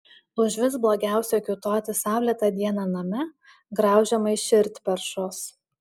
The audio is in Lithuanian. užvis blogiausia kiūtoti saulėtą dieną name graužiamai širdperšos